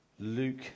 Luke